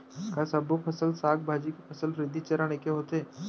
का सबो फसल, साग भाजी के फसल वृद्धि चरण ऐके होथे?